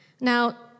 Now